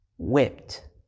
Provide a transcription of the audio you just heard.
whipped